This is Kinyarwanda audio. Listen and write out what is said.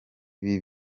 ibi